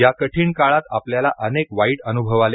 या कठीण काळात आपल्याला अनेक वाईट अनुभव आले